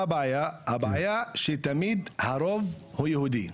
מה הבעיה הבעיה הראשונה היא שהרוב תמיד הוא יהודי.